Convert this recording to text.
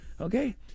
Okay